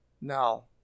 Now